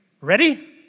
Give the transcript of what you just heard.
Ready